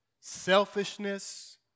selfishness